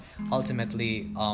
ultimately